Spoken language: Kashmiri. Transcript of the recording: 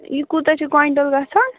یہِ کوٗتاہ چھُ کۄینٛٹل گژھان